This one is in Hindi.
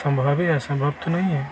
संभव है असंभव तो नहीं है